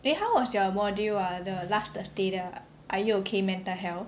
eh how was your module ah the last thursday the are you ok mental health